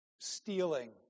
stealing